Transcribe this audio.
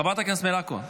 חברת הכנסת מלקו?